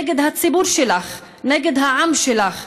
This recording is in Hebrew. נגד הציבור שלך, נגד העם שלך,